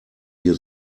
wir